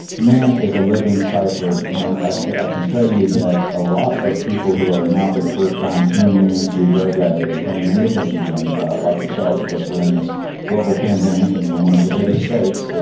the man is a living cipher. and i can i can tell you that a lot of people who are now for the first time tuning into greg abbott and paying any attention to him like yourself, because we're in this global pandemic and we're one of the biggest states, you